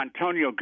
Antonio